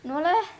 no leh